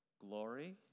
glory